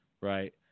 right